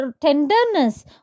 tenderness